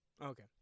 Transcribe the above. Okay